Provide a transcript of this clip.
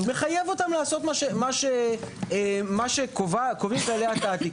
מחייב אותם לעשות מה שקובעים כללי התעתיק.